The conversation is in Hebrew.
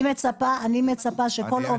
אני מצפה שכל עובד,